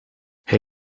hij